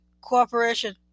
cooperation